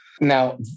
Now